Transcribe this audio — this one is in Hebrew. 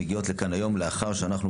מגיעות לכאן היום לאחר שאנחנו,